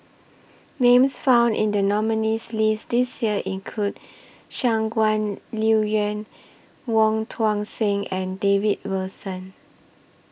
Names found in The nominees' list This Year include Shangguan Liuyun Wong Tuang Seng and David Wilson